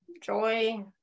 joy